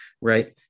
Right